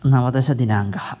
नवदशदिनाङ्कः